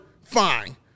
Fine